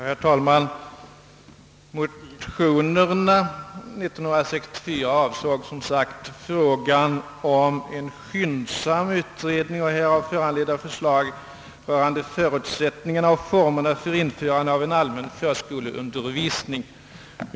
Herr talman! Motionerna år 1964 avsåg som sagt frågan om en utredning och härav föranledda förslag rörande förutsättningarna och formerna för införande av en allmän förskoleundervisning.